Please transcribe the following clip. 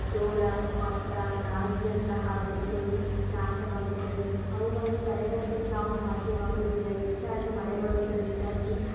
ಜೋಳ ಭತ್ತ ರಾಗಿಯಂತಹ ಬೆಳೆಗಳು ನಾಶವಾಗುತ್ತದೆ ಅವುಗಳನ್ನು ತಡೆಗಟ್ಟಲು ನಾವು ಸಾಧ್ಯವಾಗುವುದಿಲ್ಲ ಹೆಚ್ಚಾಗಿ ಮಳೆ ಬರುವುದರಿಂದಾಗಿ